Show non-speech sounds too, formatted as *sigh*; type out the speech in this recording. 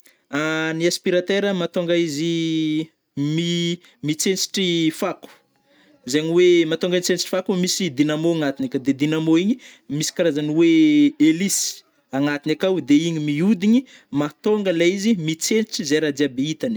*hesitation* Ny aspiratera mahatônga izy *hesitation* mi *hesitation* mitsetsitry fako, zegny oe mahatônga izy mitsetsitry fako misy dynamo agnatigny akao de dynamo igny misy karazagny oe *hesitation* hélice agnatigny akao de igny mihodigny mahatônga le izy mitsetsitry ze rah jiaby hitany ai.